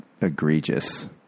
egregious